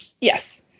Yes